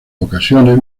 ocasiones